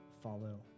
follow